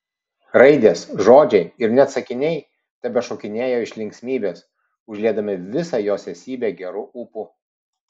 raidės žodžiai ir net sakiniai tebešokinėjo iš linksmybės užliedami visą jos esybę geru ūpu